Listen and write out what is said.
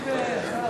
יכול לקרות.